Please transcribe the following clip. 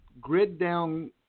grid-down